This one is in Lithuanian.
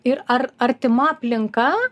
ir ar artima aplinka